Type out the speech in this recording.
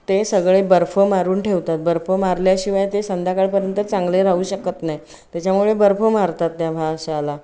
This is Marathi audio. ते सगळे बर्फ मारून ठेवतात बर्फ मारल्याशिवाय ते संध्याकाळपर्यंत चांगले राहू शकत नाही त्याच्यामुळे बर्फ मारतात त्या माशाला